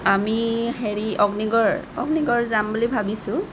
আমি হেৰি অগ্নিগড় অগ্নিগড় যাম বুলি ভাবিছোঁ